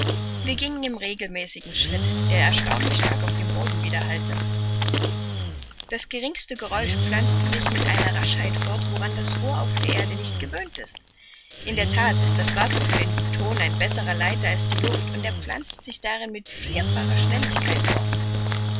wir gingen im regelmäßigen schritt der erstaunlich stark auf dem boden widerhallte das geringste geräusch pflanzte sich mit einer raschheit fort woran das ohr auf der erde nicht gewöhnt ist in der that ist das wasser für den ton ein besserer leiter als die luft und er pflanzt sich darin mit vierfacher schnelligkeit fort